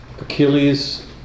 Achilles